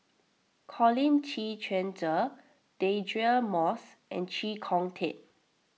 Colin Qi Quan Zhe Deirdre Moss and Chee Kong Tet